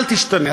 אל תשתנה.